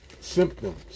symptoms